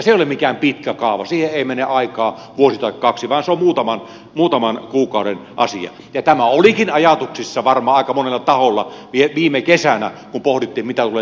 se ei ole mikään pitkä kaava siihen ei mene aikaa vuotta tai kahta vaan se on muutaman kuukauden asia ja tämä olikin ajatuksissa varmaan aika monella taholla viime kesänä kun pohdittiin mitä tulee tapahtumaan puolustusvoimien osalta